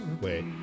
Wait